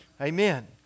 Amen